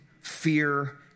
fear